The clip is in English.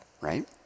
right